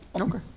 Okay